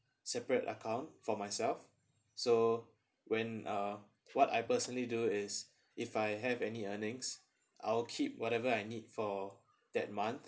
separate account for myself so when uh what I personally do is if I have any earnings I'll keep whatever I need for that month